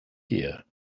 here